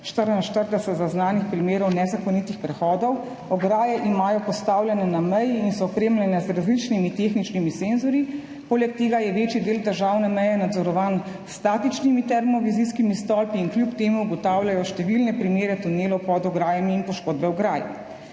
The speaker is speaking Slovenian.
44 zaznanih primerov nezakonitih prehodov, ograje imajo postavljene na meji in so opremljene z različnimi tehničnimi senzorji, poleg tega je večji del državne meje nadzorovan s statičnimi termovizijskimi stolpi in kljub temu ugotavljajo številne primere tunelov pod ograjami in poškodbe ograj.